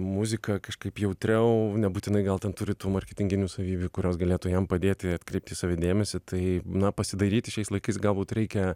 muziką kažkaip jautriau nebūtinai gal ten turi tų marketinginių savybių kurios galėtų jam padėti atkreipt į save dėmesį tai na pasidairyti šiais laikais galbūt reikia